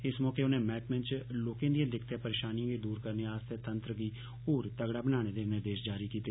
इस मौके उने मैहकमें च लोकें दियें दिक्कतें परेशानियें गी दूर करने आस्ते तंत्र गी होर तगड़ा बनाने दे निर्देश जारी कीते